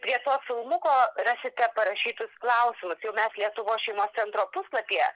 prie to filmuko rasite parašytus klausimus jau mes lietuvos šeimos centro puslapyje